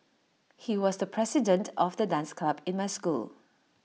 he was the president of the dance club in my school